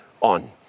on